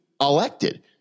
elected